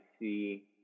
see